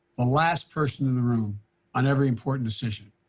the last person in the room on every important decision.